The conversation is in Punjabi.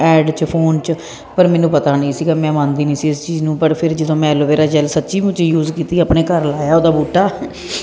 ਐਡ 'ਚ ਫੋਨ 'ਚ ਪਰ ਮੈਨੂੰ ਪਤਾ ਨਹੀਂ ਸੀਗਾ ਮੈਂ ਮੰਨਦੀ ਨਹੀਂ ਸੀ ਇਸ ਚੀਜ਼ ਨੂੰ ਪਰ ਫਿਰ ਜਦੋਂ ਮੈਂ ਐਲੋਵੇਰਾ ਜੈਲ ਸੱਚੀ ਮੁੱਚੀ ਯੂਜ਼ ਕੀਤੀ ਆਪਣੇ ਘਰ ਲਾਇਆ ਉਹਦਾ ਬੂਟਾ